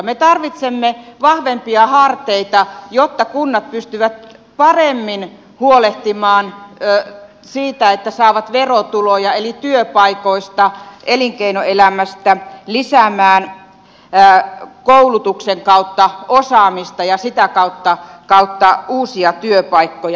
me tarvitsemme vahvempia harteita jotta kunnat pystyvät paremmin huolehtimaan siitä että saavat verotuloja eli työpaikoista elinkeinoelämästä lisäämään koulutuksen kautta osaamista ja sitä kautta uusia työpaikkoja